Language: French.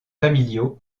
familiaux